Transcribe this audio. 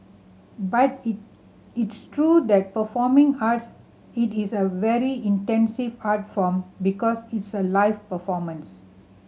but it it's true that performing arts it is a very intensive art form because it's a live performance